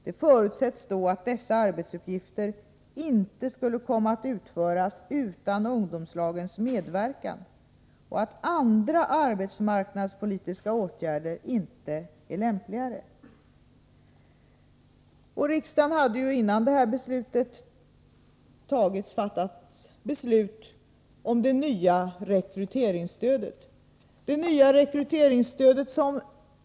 Det förutsätts då att dessa arbetsuppgifter inte skulle komma att utföras utan ungdomslagens medverkan och att andra arbetsmarknadspolitiska åtgärder inte är lämpligare.” Redan innan det här beslutet fattades hade riksdagen beslutat om det nya rekryteringsstödet.